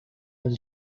was